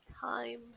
Time